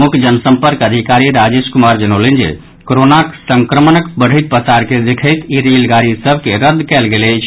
मुख्य जनसम्पर्क अधिकारी राजेश कुमार जनौलनि जे कोरोना संक्रमणक बढैत पसार के देखैत ई रेलगाड़ी सभ के रद्द कयल गेल अछि